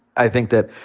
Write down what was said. i think that,